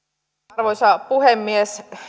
arvoisa puhemies